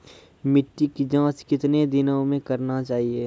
मिट्टी की जाँच कितने दिनों मे करना चाहिए?